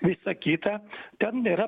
visa kita ten nėra